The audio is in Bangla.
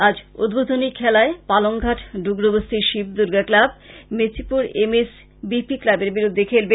আজ উদ্বোধনী খেলায় Palangghat Dugrubasti Shibdurga club Mechipur M S B P ক্লাবের বিরুদ্ধে খেলবে